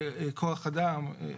כוח אדם,